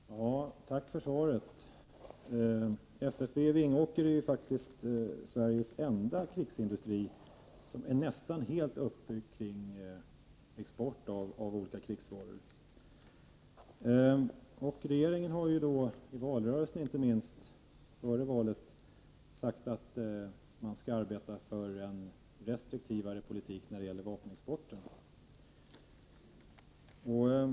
Herr talman! Tack för svaret! FFV i Vingåker är faktiskt Sveriges enda krigsindustri som är nästan helt uppbyggd kring export av olika krigsvaror. Regeringen har ju inte minst i valrörelsen före valet sagt att man skall arbeta för en restriktivare politik när det gäller vapenexporten.